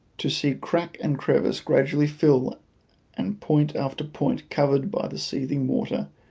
to see crack and crevice gradually fill and point after point covered by the seething water,